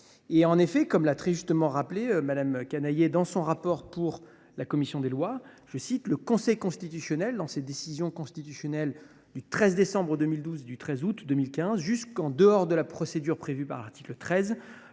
En effet, comme l’a très justement rappelé Mme Canayer dans son rapport pour la commission des lois, le Conseil constitutionnel, dans ses décisions du 13 décembre 2012 et du 13 août 2015, « juge qu’en dehors de la procédure prévue par l’article 13